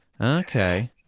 Okay